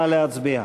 נא להצביע.